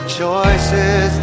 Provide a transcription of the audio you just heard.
choices